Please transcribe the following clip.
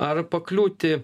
ar pakliūti